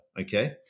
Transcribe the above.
Okay